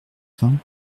vingts